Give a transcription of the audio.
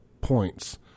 points